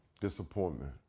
Disappointment